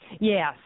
Yes